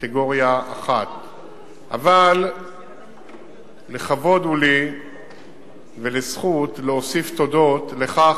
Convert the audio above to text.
קטגוריה 1. אבל לכבוד הוא לי ולזכות להוסיף תודות לך,